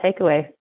takeaway